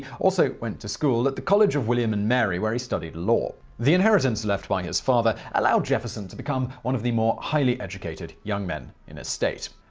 also went to school at the college of william and mary, where he studied law. the inheritance left by his father allowed jefferson to become one of the more highly educated young men in the state.